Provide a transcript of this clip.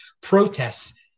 protests